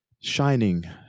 shining